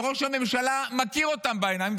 וראש הממשלה מכיר אותם בעיניים.